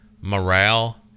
morale